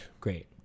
Great